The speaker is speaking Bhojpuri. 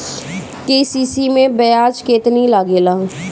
के.सी.सी मै ब्याज केतनि लागेला?